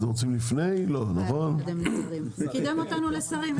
קידם אותנו לשרים.